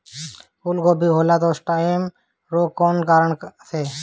फूलगोभी में होला स्टेम रोग कौना कारण से?